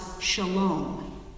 shalom